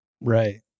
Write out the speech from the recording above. Right